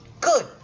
Good